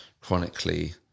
chronically